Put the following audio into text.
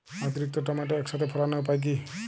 অতিরিক্ত টমেটো একসাথে ফলানোর উপায় কী?